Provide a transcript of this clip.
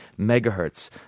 megahertz